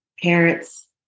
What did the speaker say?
parents